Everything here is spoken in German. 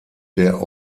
der